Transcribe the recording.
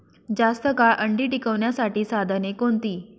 जास्त काळ अंडी टिकवण्यासाठी साधने कोणती?